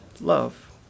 love